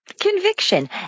Conviction